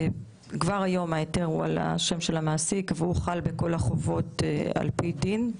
כבר היום ההיתר הוא על השם של המעסיק והוא חל בכל החובות על פי דין.